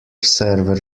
server